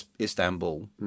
Istanbul